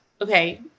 Okay